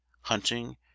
hunting